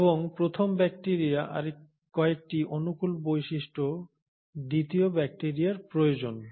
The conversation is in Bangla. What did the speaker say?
এবং প্রথম ব্যাকটেরিয়ার কয়েকটি অনুকূল বৈশিষ্ট্য দ্বিতীয় ব্যাকটেরিয়ার প্রয়োজন